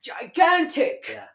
gigantic